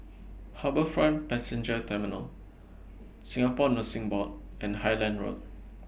HarbourFront Passenger Terminal Singapore Nursing Board and Highland Road